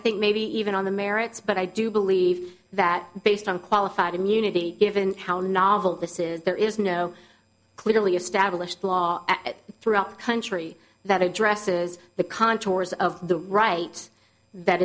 think maybe even on the merits but i do believe that based on qualified immunity given how novel this is there is no clearly established law throughout the country that addresses the contours of the right that